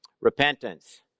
Repentance